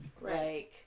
Right